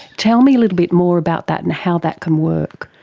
tell me a little bit more about that and how that can work.